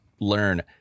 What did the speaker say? learn